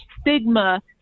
stigma